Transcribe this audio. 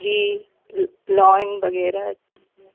जी लॉएन वगैरह